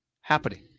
happening